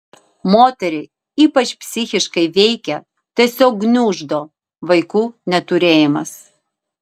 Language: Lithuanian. moterį ypač psichiškai veikia tiesiog gniuždo vaikų neturėjimas